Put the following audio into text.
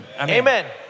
Amen